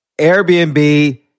Airbnb